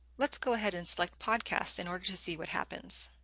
let's go ahead and select podcasts in order to see what happens.